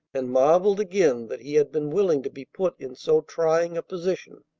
and marvelled again that he had been willing to be put in so trying a position.